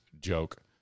joke